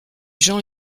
gens